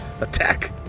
attack